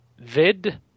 vid